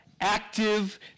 active